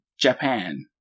Japan